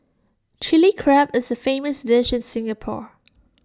Chilli Crab is A famous dish in Singapore